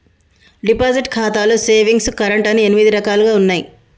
deposit ఖాతాలో savings current అని ఎనిమిది రకాలుగా ఉన్నయి